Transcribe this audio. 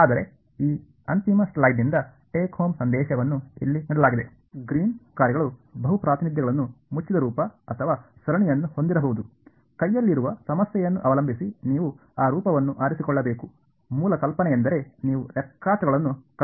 ಆದರೆ ಈ ಅಂತಿಮ ಸ್ಲೈಡ್ನಿಂದ ಟೇಕ್ ಹೋಮ್ ಸಂದೇಶವನ್ನು ಇಲ್ಲಿ ನೀಡಲಾಗಿದೆ ಗ್ರೀನ್ ಕಾರ್ಯಗಳು ಬಹು ಪ್ರಾತಿನಿಧ್ಯಗಳನ್ನು ಮುಚ್ಚಿದ ರೂಪ ಅಥವಾ ಸರಣಿಯನ್ನು ಹೊಂದಿರಬಹುದು ಕೈಯಲ್ಲಿರುವ ಸಮಸ್ಯೆಯನ್ನು ಅವಲಂಬಿಸಿ ನೀವು ಆ ರೂಪವನ್ನು ಆರಿಸಿಕೊಳ್ಳಬೇಕು ಮೂಲ ಕಲ್ಪನೆಯೆಂದರೆ ನೀವು ಲೆಕ್ಕಾಚಾರಗಳನ್ನು ಕಡಿಮೆ ಮಾಡಲು ಬಯಸುತ್ತೀರಿ